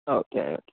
okay okay